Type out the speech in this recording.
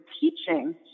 teaching